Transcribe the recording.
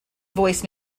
voice